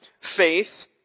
faith